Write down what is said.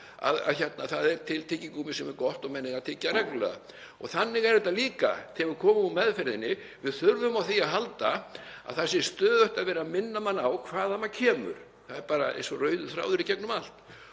að það er til tyggigúmmí sem er gott og menn eiga að tyggja það reglulega. Þannig er þetta líka þegar við komum úr meðferðinni. Við þurfum á því að halda að það sé stöðugt verið að minna mann á hvaðan maður kemur. Það er bara eins og rauður þráður í gegnum allt.